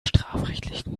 strafrechtlichen